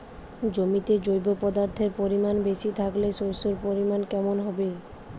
জমিতে জৈব পদার্থের পরিমাণ বেশি থাকলে শস্যর ফলন কেমন হবে?